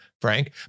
Frank